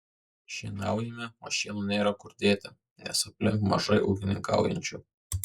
šienaujame o šieno nėra kur dėti nes aplink mažai ūkininkaujančiųjų